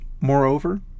Moreover